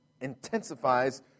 intensifies